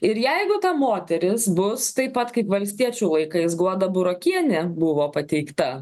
ir jeigu ta moteris bus taip pat kaip valstiečių laikais guoda burokienė buvo pateikta